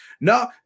No